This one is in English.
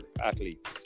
athletes